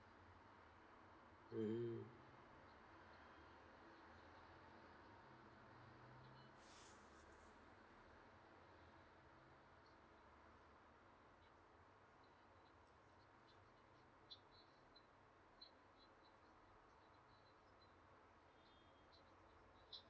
mm